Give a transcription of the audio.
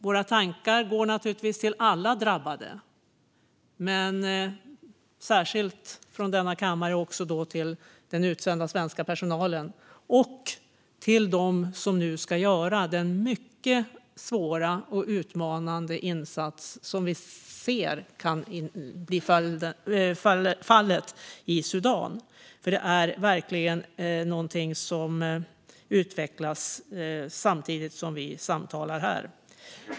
Våra tankar går naturligtvis till alla drabbade men från denna kammare särskilt till den utsända svenska personalen och till dem som nu ska göra den mycket svåra och utmanande insats som kan bli fallet i Sudan. Situationen utvecklas samtidigt som vi samtalar här.